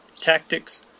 tactics